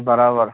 برابر